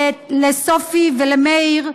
לסופי ולמאיר,